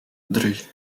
drie